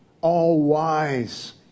all-wise